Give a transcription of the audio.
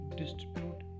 distribute